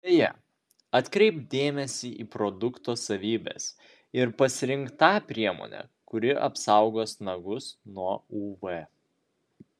beje atkreipk dėmesį į produkto savybes ir pasirink tą priemonę kuri apsaugos nagus nuo uv